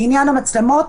לעניין המצלמות,